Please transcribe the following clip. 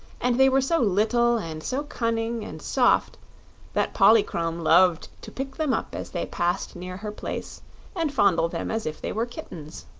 and they were so little and so cunning and soft that polychrome loved to pick them up as they passed near her place and fondle them as if they were kittens.